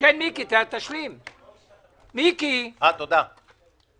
הטענה כנגד חבר הכנסת מיקי זוהר היא שלא